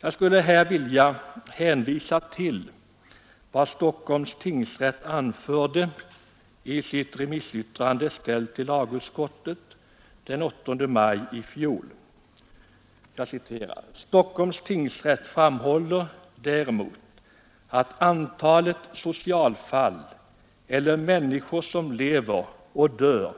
Jag skulle här vilja hänvisa till vad Stockholms tingsrätt anförde i ett remissyttrande ställt till lagutskottet den 8 maj 1972. Jag citerar ur lagutskottets referat: ”Stockholms tingsrätt framhåller däremot att antalet socialfall eller människor som lever och dör